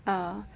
uh